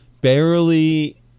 barely